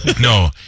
No